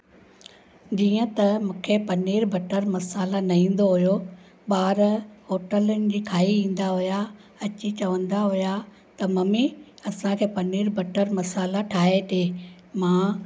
जीअं त मूंखे पनीर बटर मसाला न ईंदो हुओ ॿार होटलुनि जी खाई ईंदा हुआ अची चवंदा हुआ त ममी असांखे पनीर बटर मसाला ठाहे ॾे मां